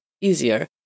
easier